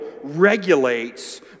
regulates